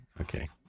Okay